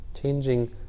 changing